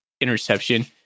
interception